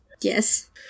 Yes